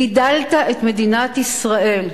בידלת את מדינת ישראל.